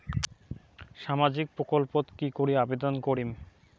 সামাজিক প্রকল্পত কি করি আবেদন করিম?